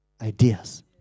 ideas